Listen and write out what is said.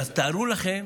אז תארו לכם